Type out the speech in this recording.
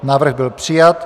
Návrh byl přijat.